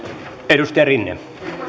edustaja rinne